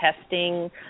testing –